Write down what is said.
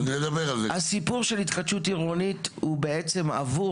הסיפור של התחדשות עירונית הוא בעצם עבור